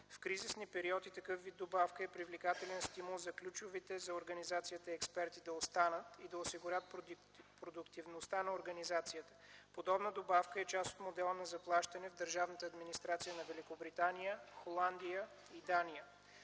В кризисни периоди такъв вид добавка е привлекателен стимул за ключовите за организацията експерти да останат и да осигурят продуктивността на организацията. Подобна добавка е част от модела на заплащане в държавната администрация на Великобритания, Холандия и Дания.